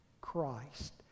Christ